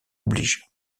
oblige